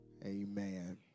Amen